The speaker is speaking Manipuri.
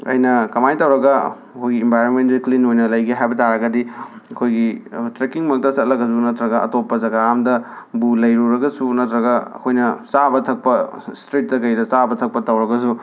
ꯑꯩꯅ ꯀꯃꯥꯏꯅ ꯇꯧꯔꯒ ꯑꯩꯈꯣꯏꯒꯤ ꯏꯟꯕꯥꯏꯔꯣꯃꯦꯟꯁꯦ ꯀ꯭ꯂꯤꯟ ꯑꯣꯏꯅ ꯂꯩꯒꯦ ꯍꯥꯏꯕ ꯇꯥꯔꯒꯗꯤ ꯑꯩꯈꯣꯏꯒꯤ ꯇ꯭ꯔꯦꯀꯤꯡ ꯃꯛꯇ ꯆꯠꯂꯒꯁꯨ ꯅꯠꯇ꯭ꯔꯒ ꯑꯇꯣꯞꯄ ꯖꯒꯥ ꯑꯝꯗ ꯕꯨ ꯂꯩꯔꯨꯔꯒꯁꯨ ꯅꯠꯇ꯭ꯔꯒ ꯑꯩꯈꯣꯏꯅ ꯆꯥꯕ ꯊꯛꯄ ꯁ꯭ꯇ꯭ꯔꯤꯠꯇ ꯀꯩꯗ ꯆꯥꯕ ꯊꯛꯄ ꯇꯧꯔꯒꯁꯨ